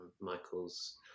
Michael's